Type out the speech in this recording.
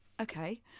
okay